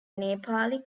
nepali